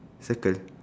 circle